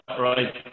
right